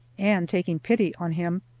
and, taking pity on him,